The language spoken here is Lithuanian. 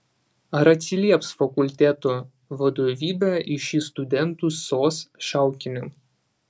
ar atsilieps fakulteto vadovybė į šį studentų sos šaukinį